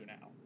now